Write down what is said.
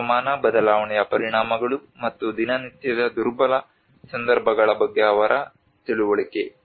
ಹವಾಮಾನ ಬದಲಾವಣೆಯ ಪರಿಣಾಮಗಳು ಮತ್ತು ದಿನನಿತ್ಯದ ದುರ್ಬಲ ಸಂದರ್ಭಗಳ ಬಗ್ಗೆ ಅವರ ತಿಳುವಳಿಕೆ